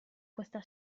questa